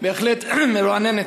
בהחלט מרעננת.